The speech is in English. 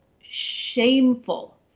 shameful